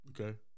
Okay